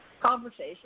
conversation